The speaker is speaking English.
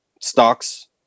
stocks